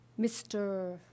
Mr